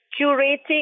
curating